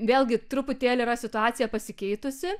vėlgi truputėlį yra situacija pasikeitusi